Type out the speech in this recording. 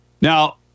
Now